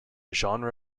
genre